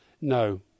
No